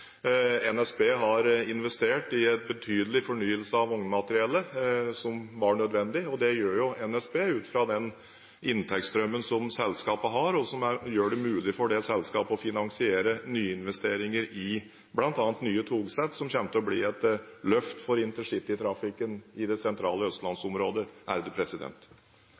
NSB har investert i en betydelig fornyelse av vognmateriellet, som var nødvendig. Det gjør NSB ut fra den inntektsstrømmen som selskapet har, og som gjør det mulig for selskapet å finansiere nyinvesteringer i bl.a. nye togsett, som kommer til å bli et løft for intercitytrafikken i det sentrale østlandsområdet.